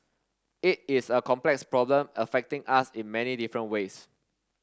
it is a complex problem affecting us in many different ways